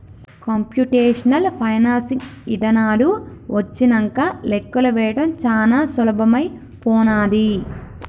computational financing ఇదానాలు వచ్చినంక లెక్కలు వేయడం చానా సులభమైపోనాది